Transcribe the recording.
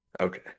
Okay